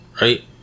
Right